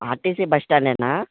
RTC bus స్టాండేనా